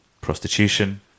prostitution